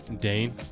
Dane